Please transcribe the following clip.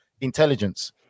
intelligence